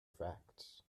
facts